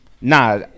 nah